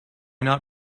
not